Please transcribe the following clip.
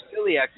celiac